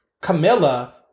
Camilla